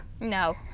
No